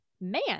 man